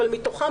אבל מתוכם,